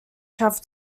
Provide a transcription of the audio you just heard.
travel